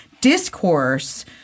discourse